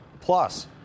Plus